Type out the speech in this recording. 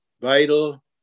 Vital